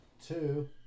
Two